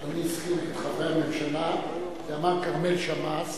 אדוני התחיל עם חברי הממשלה ואמר כרמל שאמה.